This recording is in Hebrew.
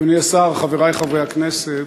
אדוני השר, חברי חברי הכנסת,